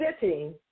sitting